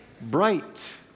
bright